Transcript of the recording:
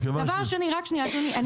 מכיוון ש --- רק שנייה, אדוני.